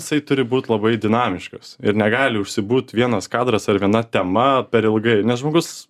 jisai turi būt labai dinamiškas ir negali užsibūt vienas kadras ar viena tema per ilgai nes žmogus